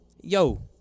Yo